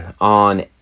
on